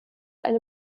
eine